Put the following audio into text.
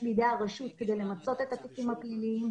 בידי הרשות כדי למצות את ההיקפים הפליליים,